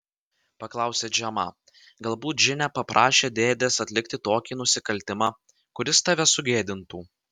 paklausė džemą galbūt džine paprašė dėdės atlikti tokį nusikaltimą kuris tave sugėdintų